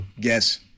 Guess